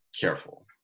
careful